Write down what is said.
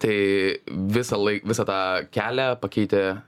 tai visąlaik visą tą kelią pakeitė